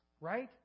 right